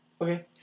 Okay